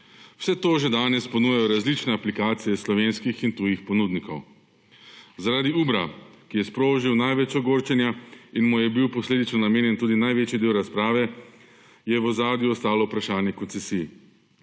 Vse to že danes ponujajo različne aplikacije slovenskih in tujih ponudnikov. Zaradi Uberja, ki je sprožil največ ogorčenja in mu je bil posledično namenjen tudi največji del razprave, je v ozadju ostalo vprašanje koncesij.